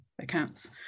accounts